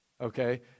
Okay